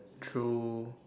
through